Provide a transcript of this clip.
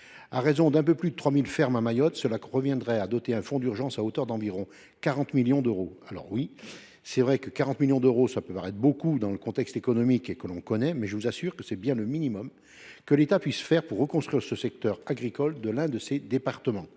y a un peu plus de 3 000 fermes à Mayotte : cela reviendrait à doter un fonds d’urgence d’environ 40 millions d’euros. Alors, oui, 40 millions d’euros, cela peut paraître beaucoup dans le contexte économique que l’on connaît, mais je vous assure que c’est bien le minimum que l’État puisse faire pour reconstruire le secteur agricole de l’un de ses départements.